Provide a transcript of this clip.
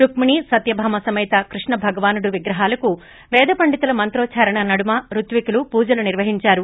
రుక్కిణీ సత్యభామ సమేత కృష్ణుభగవానుడు విగ్రహాలకు పేదపండితులు మంత్రోద్చారణ నడుమ రుత్వికులు పూజలు నిర్వహిందారు